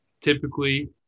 Typically